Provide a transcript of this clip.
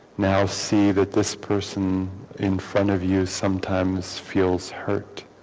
now see that this person in front of you sometimes feels hurt